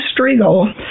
Striegel